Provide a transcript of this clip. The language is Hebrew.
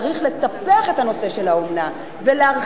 צריך לטפח את הנושא של האומנה ולהרחיב,